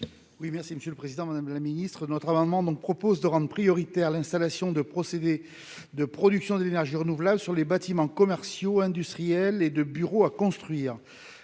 Oui, merci Monsieur le Président, Madame la Ministre, notre amendement donc propose de rendre prioritaire : l'installation de procédés de production d'énergie renouvelable sur les bâtiments commerciaux, industriels et de bureaux à construire